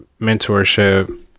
mentorship